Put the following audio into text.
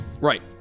Right